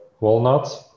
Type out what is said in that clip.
walnuts